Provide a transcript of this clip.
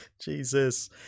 Jesus